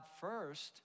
first